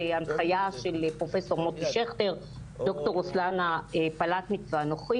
ואני נמצאת פה כרגע עם סטודנטים בחוות הרוח בגלבוע.